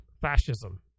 fascism